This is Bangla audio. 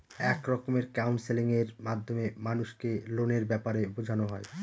এক রকমের কাউন্সেলিং এর মাধ্যমে মানুষকে লোনের ব্যাপারে বোঝানো হয়